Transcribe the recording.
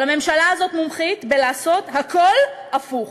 אבל הממשלה הזאת מומחית בלעשות הכול הפוך,